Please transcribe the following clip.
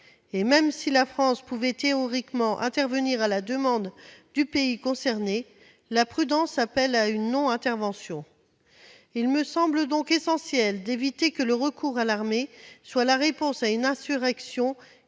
... Même si la France peut théoriquement intervenir à la demande du pays concerné, la prudence voudrait qu'elle s'abstienne. Il me semble donc essentiel d'éviter que le recours à l'armée soit la réponse apportée à une insurrection,